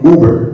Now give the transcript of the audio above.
Uber